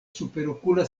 superokula